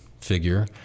figure